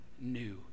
new